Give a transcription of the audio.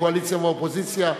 קואליציה ואופוזיציה,